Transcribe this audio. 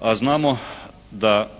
a znamo da